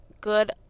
good